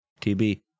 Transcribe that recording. TB